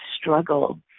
struggle